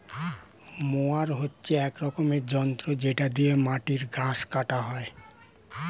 mower হচ্ছে এক রকমের যন্ত্র যেটা দিয়ে মাটির ঘাস কাটা হয়